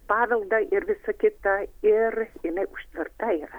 paveldą ir visa kita ir jinai užtverta yra